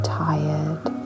tired